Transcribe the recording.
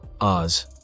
Oz